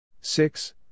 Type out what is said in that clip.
six